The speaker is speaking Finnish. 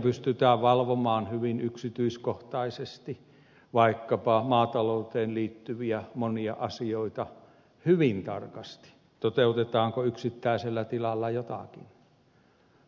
pystytään valvomaan hyvin yksityiskohtaisesti vaikkapa maatalouteen liittyviä monia asioita hyvin tarkasti toteutetaanko yksittäisellä tilalla jotakin